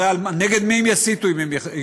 הרי נגד מי הם יסיתו אם הם יגרשו?